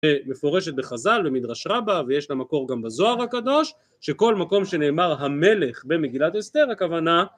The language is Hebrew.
מפורשת בחז"ל במדרש רבא ויש לה מקור גם בזוהר הקדוש, שכל מקום שנאמר המלך במגילת אסתר הכוונה